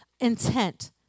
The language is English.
intent